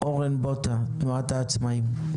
אורן בוטא, תנועת העצמאיים.